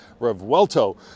Revuelto